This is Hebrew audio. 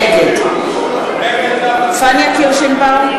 נגד פניה קירשנבאום,